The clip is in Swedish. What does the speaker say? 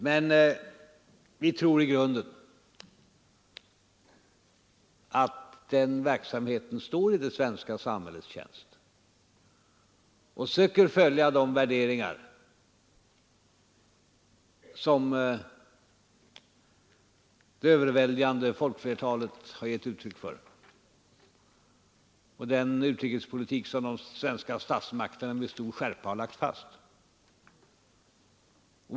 Men vi tror i grunden att den verksamheten står i svenska samhällets tjänst och söker följa de värderingar som det överväldigande folkflertalet har gett uttryck åt och den utrikespolitik som de svenska statsmakterna med stor skärpa lagt fast.